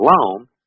alone